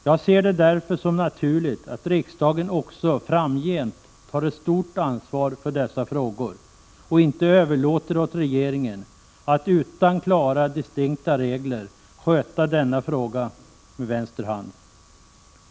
Jag ser det därför som naturligt att riksdagen framgent tar ett stort ansvar för dessa frågor och inte överlåter åt regeringen att utan klara distinkta regler sköta denna fråga med vänster hand.